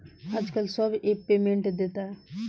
आजकल सब app payment देता